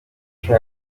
cumi